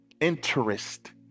interest